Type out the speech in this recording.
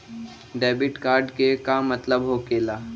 Debit card के का मतलब होकेला?